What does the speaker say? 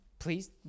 Please